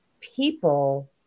people